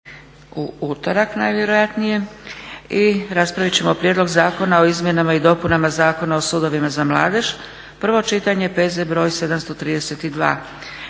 Dragica (SDP)** I raspravit ćemo - Prijedlog zakona o izmjenama i dopunama Zakona o sudovima za mladež, prvo čitanje, P.Z. br. 732.